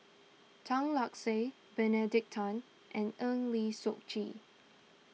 Tan Lark Sye Benedict Tan and Eng Lee Seok Chee